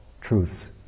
truths